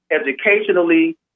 educationally